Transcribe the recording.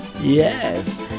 Yes